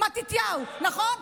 מתתיהו, נכון?